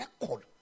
record